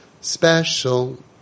special